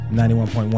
91.1